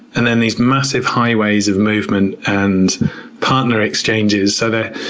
and then these massive highways of movement and partner exchanges so that,